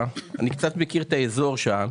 קצת מכיר את האזור שם.